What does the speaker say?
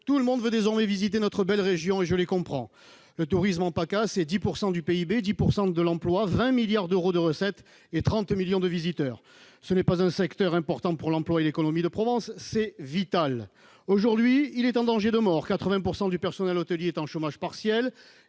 tout le monde veut désormais visiter notre belle région, ce que je comprends. Le tourisme en PACA, c'est 10 % du PIB, 10 % de l'emploi, 20 milliards d'euros de recettes et 30 millions de visiteurs. Ce n'est pas un secteur important pour l'emploi et l'économie de Provence, c'est vital ! Aujourd'hui, il est en danger de mort : 80 % du personnel hôtelier est en chômage partiel,